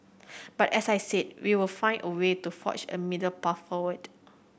but as I said we will find a way to forge a middle path forward